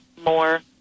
more